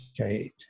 Okay